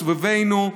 מסביבנו,